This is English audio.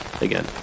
again